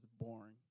boring